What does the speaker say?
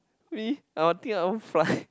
me I will think I own fly